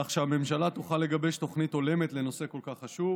כך שהממשלה תוכל לגבש תוכנית הולמת לנושא כל כך חשוב.